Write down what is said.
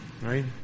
Right